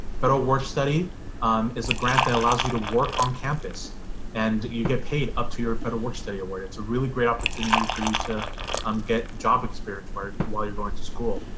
federal work-study is a grant that allows you to work on campus and you get paid up to your federal work-study award. it's a really great opportunity for you to um get job experience while while you're going to school.